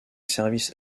services